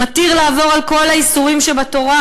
"מתיר לעבור על כל האיסורים שבתורה.